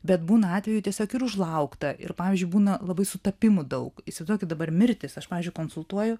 bet būna atvejų tiesiog ir užlaukta ir pavyzdžiui būna labai sutapimų daug įsivaizduokit dabar mirtis aš pavyzdžiui konsultuoju